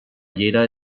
llera